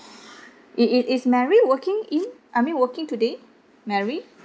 it it is mary working in I mean working today mary